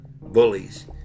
bullies